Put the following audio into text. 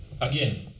again